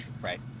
Right